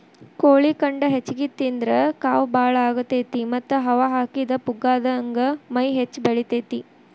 ಕೋಳಿ ಖಂಡ ಹೆಚ್ಚಿಗಿ ತಿಂದ್ರ ಕಾವ್ ಬಾಳ ಆಗತೇತಿ ಮತ್ತ್ ಹವಾ ಹಾಕಿದ ಪುಗ್ಗಾದಂಗ ಮೈ ಹೆಚ್ಚ ಬೆಳಿತೇತಿ